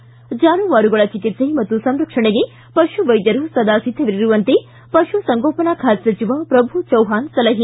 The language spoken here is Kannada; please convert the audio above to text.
ಿ ಜಾನುವಾರುಗಳ ಚಿಕಿತ್ಸೆ ಮತ್ತು ಸಂರಕ್ಷಣೆಗೆ ಪಶು ವೈದ್ಧರು ಸದಾ ಸಿದ್ದವಿರುವಂತೆ ಪಶುಸಂಗೋಪನಾ ಖಾತೆ ಸಚಿವ ಪ್ರಭು ಚವ್ವಾಣ ಸಲಹೆ